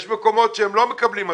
יש מקומות שהם לא מקבלים הטבות.